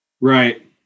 Right